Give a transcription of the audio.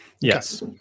Yes